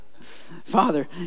Father